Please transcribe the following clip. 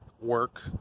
work